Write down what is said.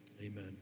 Amen